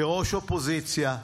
כראש אופוזיציה,